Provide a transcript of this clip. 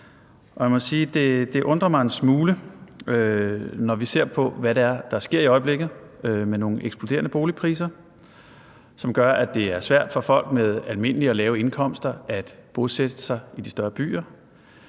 det undrer mig en smule, når vi ser på, hvad det er, der sker i øjeblikket med nogle eksploderende boligpriser, som gør, at det er svært for folk med almindelige og lave indkomster at bosætte sig i de store byer.